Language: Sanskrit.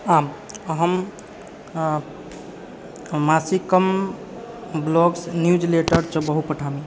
आम् अहं मासिकं ब्लोग्स् न्यूज् लेटर् च बहु पठामि